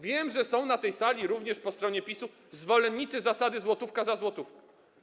Wiem, że są na tej sali, również po stronie PiS-u, zwolennicy zasady: złotówka za złotówkę.